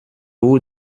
vous